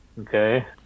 Okay